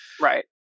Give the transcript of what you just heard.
right